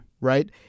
right